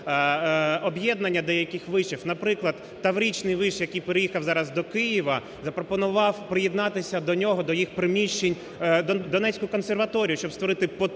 також об'єднання деяких вишів. Наприклад таврійський виш, який переїхав зараз до Києва, запропонував приєднатися до нього, до їх приміщень Донецьку консерваторію, щоб створити потужний